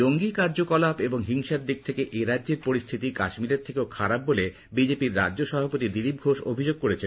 জঙ্গি কার্যকলাপ এবং হিংসার দিক থেকে এরাজ্যের পরিস্থিতি কাশ্মীরের থেকেও খারাপ বলে বিজেপি র রাজ্য সভাপতি দিলীপ ঘোষ অভিযোগ করেছেন